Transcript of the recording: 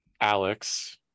Alex